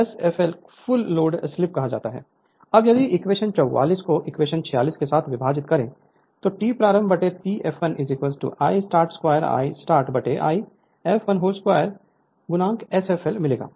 Refer Slide Time 0503 अब यदि equation 44 को इक्वेशन 46 के साथ विभाजित करें तो T प्रारंभ T flI start 2I startI fl whole 2 Sfl मिलेगा